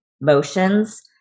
motions